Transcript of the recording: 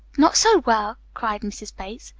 not so well! cried mrs. bates.